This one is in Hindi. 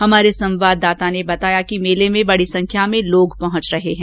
हमारे संवाददाता ने बताया कि मेले में बडी संख्या में लोग पहुंच रहे हैं